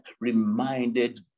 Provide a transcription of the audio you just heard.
reminded